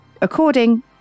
According